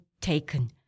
taken